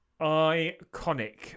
iconic